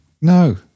No